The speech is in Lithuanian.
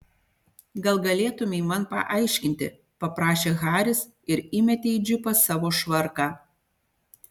gal galėtumei man paaiškinti paprašė haris ir įmetė į džipą savo švarką